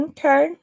Okay